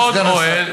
ועוד אוהל,